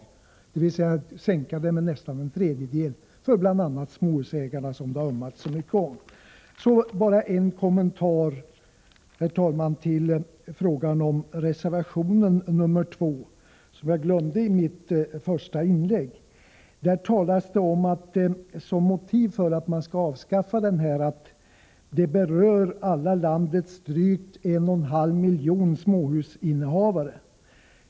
Man skulle alltså kunna genomföra en sänkning med nästan en tredjedel för bl.a. småhusägarna, som man har ömmat så för. Därefter bara en kommentar, herr talman, till reservation nr 2, som jag glömde i mitt första inlägg. Där anges som motiv för ett avskaffande att landets drygt 1,5 miljoner småhusägare berörs.